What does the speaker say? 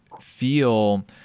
feel